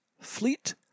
Fleet